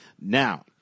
Now